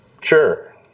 Sure